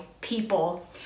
people